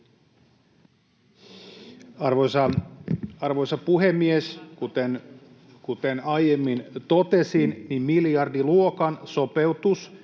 Antaa tulla!] Kuten aiemmin totesin, niin miljardiluokan sopeutus,